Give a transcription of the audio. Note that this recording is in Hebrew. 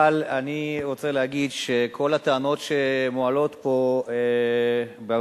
אבל אני רוצה להגיד שכל הטענות שמועלות פה ב-40